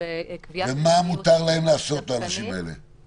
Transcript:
--- ומה מותר לאנשים האלה לעשות?